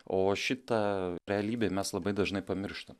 o šitą realybėj mes labai dažnai pamirštam